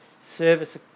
Service